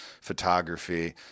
photography